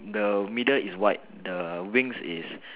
the middle is white the wings is